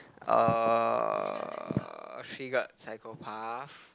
uh triggered psychopath